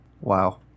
Wow